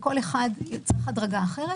כל אחד צריך הדרגה אחרת.